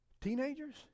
Teenagers